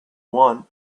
one